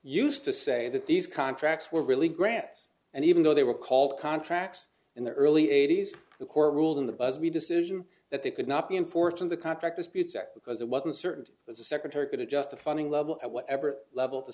used to say that these contracts were really grants and even though they were called contracts in the early eighty's the court ruled in the busby decision that they could not be enforced in the contract disputes act because it wasn't certain that the secretary could adjust the funding level at whatever level the